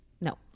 no